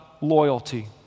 loyalty